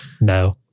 No